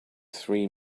three